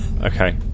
Okay